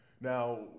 Now